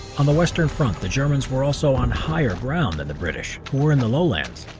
on the western front, the germans were also on higher ground than the british poor in the lowlands,